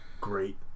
Great